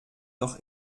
doch